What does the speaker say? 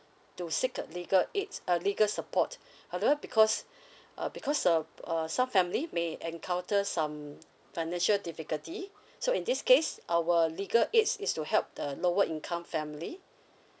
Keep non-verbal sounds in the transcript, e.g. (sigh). to seek a legal aids uh legal support (breath) however because (breath) uh because uh uh some family may encounter some financial difficulty so in this case our legal aids is to help the lower income family